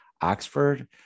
Oxford